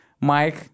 Mike